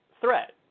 threat